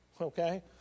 okay